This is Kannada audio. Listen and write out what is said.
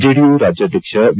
ಜೆಡಿಯು ರಾಜ್ಯಾಧ್ಯಕ್ಷ ವಿ